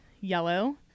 yellow